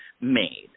made